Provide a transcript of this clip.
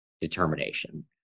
determination